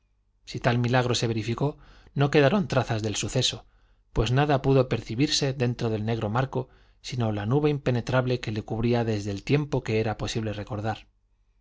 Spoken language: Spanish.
si tal milagro se verificó no quedaron trazas del suceso pues nada pudo percibirse dentro del negro marco sino la nube impenetrable que le cubría desde el tiempo que era posible recordar